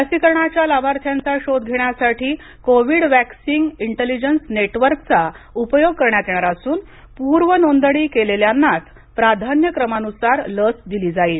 लसीकरणाच्या लाभार्थ्यांचा शोध घेण्यासाठी कोविड वॅकसिन इंटेलीजंस नेटवर्कचा उपयोग करण्यात येणार असून पूर्व नोंदणी केलेल्यांनाच प्राधान्य क्रमानुसार लस दिली जाईल